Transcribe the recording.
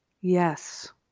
Yes